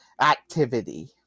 activity